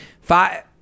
Five